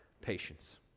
patience